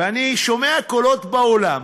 ואני שומע קולות בעולם: